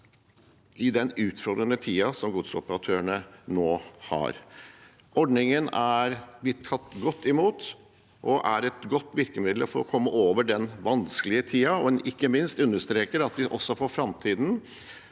i den utfordrende tiden som godsoperatørene nå har. Ordningen er blitt tatt godt imot og er et godt virkemiddel for å komme over den vanskelige tiden. En understreker ikke minst at også for framtiden